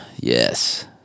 yes